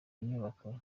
nyubako